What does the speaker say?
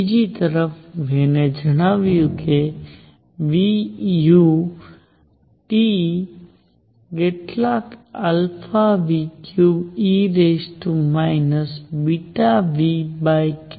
બીજી તરફ વેન એ જણાવ્યું હતું કે u કેટલાક 3e βνkT